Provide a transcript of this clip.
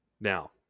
Now